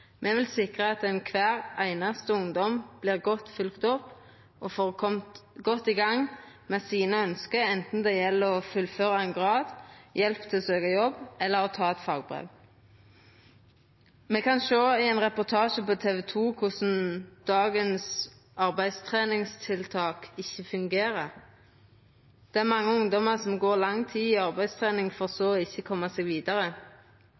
Me vil sikra at kvar einaste ungdom vert godt følgd opp og får koma godt i gang med sine ønske, anten det er å fullføra ein grad, å få hjelp til å søkja jobb eller å ta eit fagbrev. Me kan sjå i ein reportasje på TV2 at dagens arbeidstreningstiltak ikkje fungerer. Det er mange ungdomar som går lang tid i arbeidstrening for